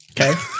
Okay